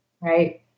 right